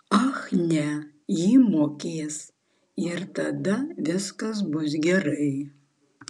ach ne ji mokės ir tada viskas bus gerai